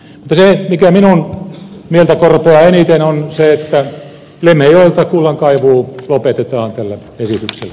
mutta se mikä minun mieltäni korpeaa eniten on se että lemmenjoelta kullankaivu lopetetaan tällä esityksellä